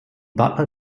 butler